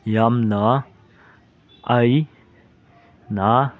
ꯌꯥꯝꯅ ꯑꯩꯅ